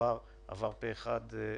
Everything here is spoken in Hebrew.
עבר פה אחד.